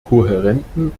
kohärenten